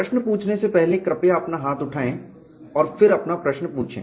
प्रश्न पूछने से पहले कृपया अपना हाथ उठाएं और फिर अपना प्रश्न पूछें